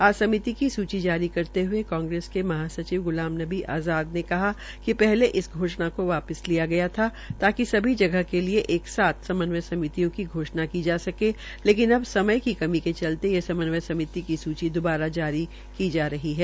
आज समिति की सूची जारी करते हये कांग्रेस के महा सचिव ग्लाम नबी आज़ाद ने कहा कि इस घोषणा को वापिस लिया गया था ताकि सभी जगह के लिये एक साथ समन्वय समितियों को घोषणा की जा सके लेकिन अब समय की कमी के चलते ये समन्वय समिति की सुची दुबारा जारी की जा रही है